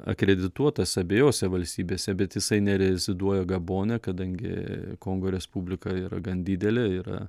akredituotas abiejose valstybėse bet jisai nereziduoja gabone kadangi kongo respublika yra gan didelė yra